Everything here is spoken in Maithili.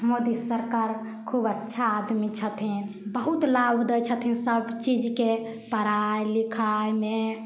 मोदी सरकार खूब अच्छा आदमी छथिन बहुत लाभ दै छथिन सब चीजके पढ़ाइ लिखाइमे